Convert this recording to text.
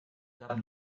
cap